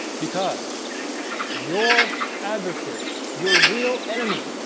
because your adversary your real enemy